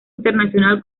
internacional